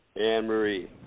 Anne-Marie